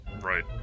Right